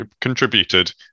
contributed